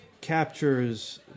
captures